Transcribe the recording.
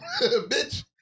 bitch